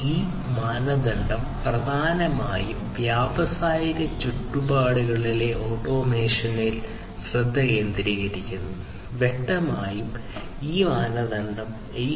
അതിനാൽ ഈ മാനദണ്ഡം പ്രധാനമായും വ്യാവസായിക ചുറ്റുപാടുകളിലെ ഓട്ടോമേഷനിൽ ശ്രദ്ധ കേന്ദ്രീകരിക്കുന്നു വ്യക്തമായും ഈ മാനദണ്ഡം 802